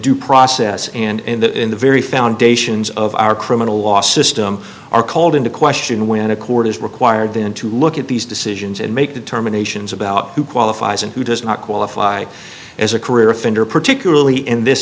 due process and that in the very foundations of our criminal law system are called into question when a court is required then to look at these decisions and make determinations about who qualifies and who does not qualify as a career offender particularly in this